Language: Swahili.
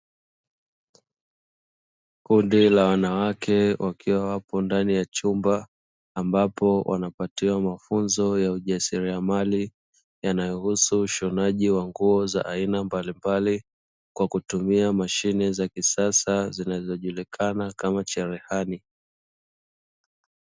Kundi la wanawake wakiwa wapo ndani ya chumba ambapo wanapatiwa mafunzo ya ujasiriamali, yanayohusu ushonaji wa nguo za aina mbalimbali kwa kutumia mashine za kisasa zinazojulikana kama cherehani.